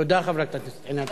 תודה, חברת הכנסת עינת